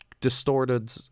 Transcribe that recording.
distorted